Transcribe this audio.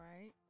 right